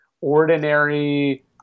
ordinary